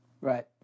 Right